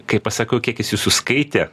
kai pasakau kiek is jūsų suskaitė